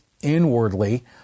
inwardly